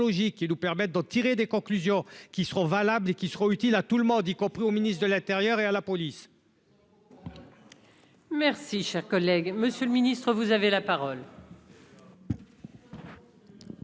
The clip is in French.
qui nous permettent d'en tirer des conclusions qui seront valables et qui sera utile à tout le monde, y compris au ministre de l'intérieur et à la police.